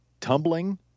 tumbling